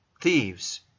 thieves